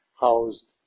housed